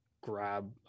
grab